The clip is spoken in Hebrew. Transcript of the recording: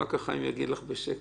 אחר כך היה לכם משהו